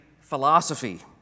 philosophy